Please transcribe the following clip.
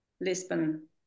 lisbon